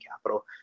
capital